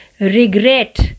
regret